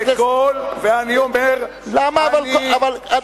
אני אומר, גם הממשלה הזאת.